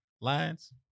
lines